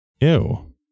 Ew